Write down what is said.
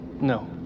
no